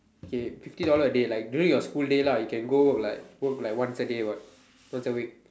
okay fifty dollar a day like during your school day lah you can go work like work like one day what once a week